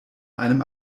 einem